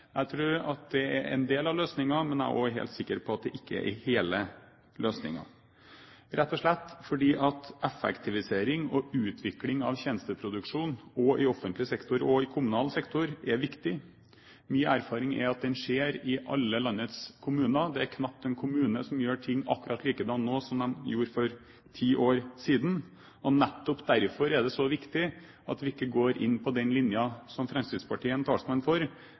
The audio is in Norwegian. Jeg tror at det er en del av løsningen, men jeg er også helt sikker på at det ikke er hele løsningen, rett og slett fordi effektivisering og utvikling av tjenesteproduksjonen også i offentlig sektor og i kommunal sektor er viktig. Min erfaring er at det skjer i alle landets kommuner. Det er knapt en kommune som gjør ting akkurat likedan nå som den gjorde for ti år siden. Nettopp derfor er det så viktig at vi ikke går inn på den linjen som Fremskrittspartiet er en talsmann for,